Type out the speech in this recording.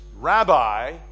rabbi